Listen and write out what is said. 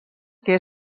que